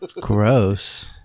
Gross